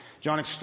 John